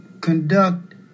conduct